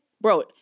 bro